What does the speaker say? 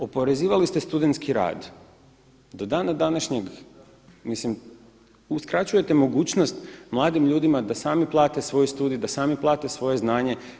Oporezivali ste studentski rad, do dana današnjeg uskraćujete mogućnost mladim ljudima da sami plate svoj studij, da sami plate svoje znanje.